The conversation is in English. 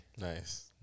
nice